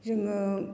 जोङो